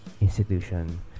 institution